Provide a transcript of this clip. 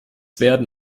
werden